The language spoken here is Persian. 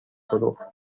فروخت